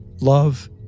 love